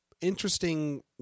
interesting